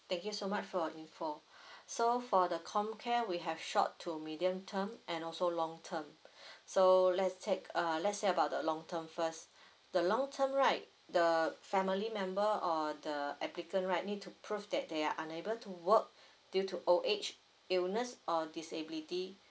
thank you so much for you info so for the comcare we have short to medium term and also long term so let's take uh let's say about the long term first the long term right the family member or the applicant right need to prove that they are unable to work due to old age illness or disability